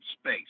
space